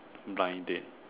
blind date